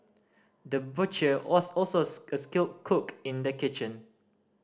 the butcher was also a skilled cook in the kitchen